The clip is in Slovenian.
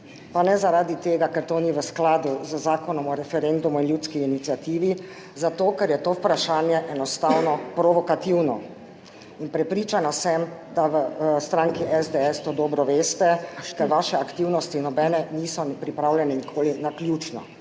Pa ne, zaradi tega, ker to ni v skladu z Zakonom o referendumu in ljudski iniciativi. Zato ker je to vprašanje enostavno provokativno in prepričana sem, da v stranki SDS to dobro veste, ker vaše aktivnosti nobene niso pripravljene nikoli naključno,